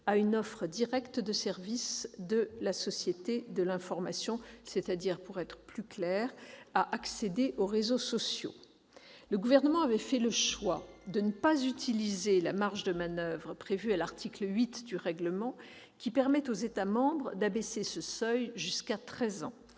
à une offre directe de services de la société de l'information, c'est-à-dire accéder aux réseaux sociaux. Le Gouvernement avait fait le choix de ne pas utiliser la marge de manoeuvre prévue à l'article 8 du règlement qui permet aux États membres d'abaisser ce seuil jusqu'à treize ans.